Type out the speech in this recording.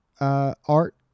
art